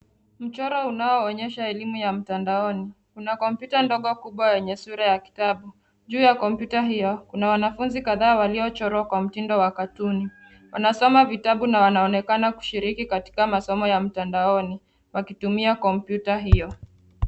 Mchoro unaoonyesha elimu ya mtandaoni, kuna kompyuta ndogo kubwa yenye sura ya kitabu, juu ya kompyuta hio kuna wanafunzi kadhaa waliochorwa kwa mtindo wa katuni, unasoma vitabu na wanaonekan kushiriki katika masomo ya mtandaoni wakitumia kompyuta hio.